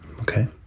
Okay